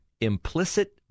implicit